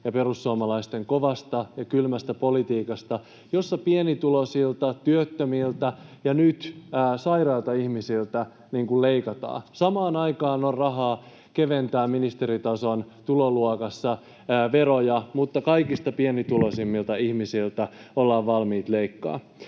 perussuomalaisten kovasta ja kylmästä politiikasta, jossa pienituloisilta, työttömiltä ja nyt sairailta ihmisiltä leikataan. Samaan aikaan on rahaa keventää ministeritason tuloluokassa veroja, mutta kaikista pienituloisimmilta ihmisiltä ollaan valmiit leikkaamaan.